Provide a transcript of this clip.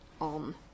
on